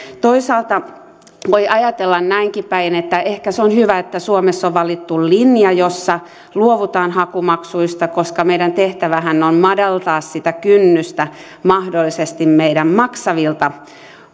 toisaalta voi ajatella näinkin päin että ehkä se on hyvä että suomessa on valittu linja jossa luovutaan hakumaksuista koska meidän tehtävähän on madaltaa sitä kynnystä mahdollisesti meidän maksavilta